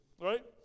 Right